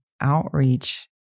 outreach